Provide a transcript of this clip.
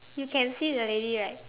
you can see the lady right